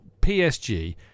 PSG